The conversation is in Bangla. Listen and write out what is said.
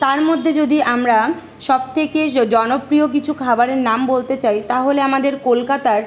তার মধ্যে যদি আমরা সবথেকে জনপ্রিয় কিছু খাবারের নাম বলতে চাই তাহলে আমাদের কলকাতার